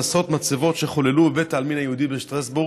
על עשרות מצבות שחוללו בבית העלמין היהודי בשטרסבורג.